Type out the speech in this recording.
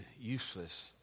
useless